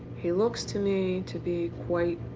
he looks to me to be quite